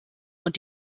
und